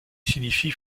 signifie